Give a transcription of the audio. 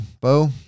Bo